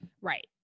Right